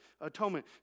atonement